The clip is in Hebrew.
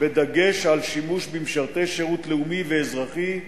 בדגש על שימוש במשרתי שירות לאומי ואזרחי,